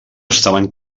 estaven